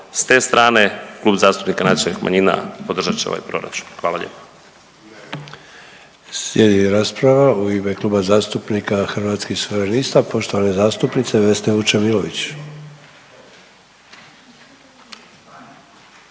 S te strane Klub zastupnika Nacionalnih manjina podržat će ovaj proračun, hvala lijepa.